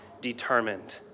determined